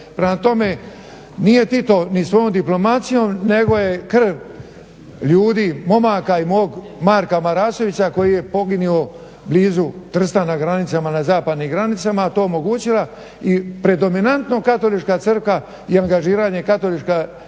Prema tome, nije Tito ni svojom diplomacijom nego je krv ljudi, momaka i mog Marka Marasovića koji je poginuo blizu Trsta na granicama, na zapadnim granicama to omogućila i … dominantno katolička crkva i angažiranje katoličke crkve